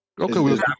Okay